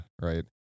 right